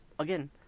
again